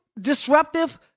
disruptive